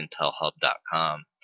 intelhub.com